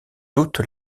toute